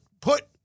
put